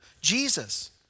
Jesus